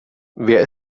wer